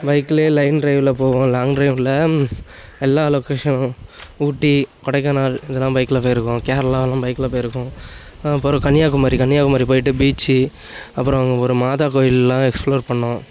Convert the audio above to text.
பைக்கில் லைன் ட்ரைவில் போவோம் லாங் ட்ரைவில் எல்லா லொக்கேஷனும் ஊட்டி கொடைக்கானல் இதலாம் பைக்கில் போயிருக்கோம் கேரளாலாம் பைக்கில் போயிருக்கோம் அப்புறம் கன்னியாகுமரி கன்னியாகுமரி போயிட்டு பீச் அப்புறம் அங்கே ஒரு மாதா கோயில்லாம் எக்ஸ்பிளோர் பண்ணோம்